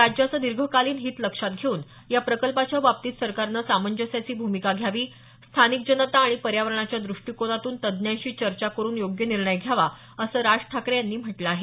राज्याचं दीर्घकालीन हीत लक्षात घेऊन या प्रकल्पाच्या बाबतीत सरकारनं सामंजस्याची भूमिका घ्यावी स्थानिक जनता आणि पर्यावरणाच्या द्रष्टीकोनातून तज्ज्ञांशी चर्चा करुन योग्य निर्णय घ्यावा असं राज ठाकरे यांनी म्हटलं आहे